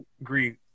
agree